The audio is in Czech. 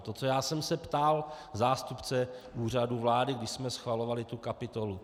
To, co já jsem se ptal zástupce Úřadu vlády, když jsme schvalovali tu kapitolu.